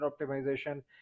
optimization